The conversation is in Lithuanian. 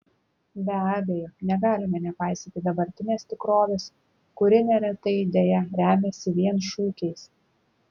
be abejo negalime nepaisyti dabartinės tikrovės kuri neretai deja remiasi vien šūkiais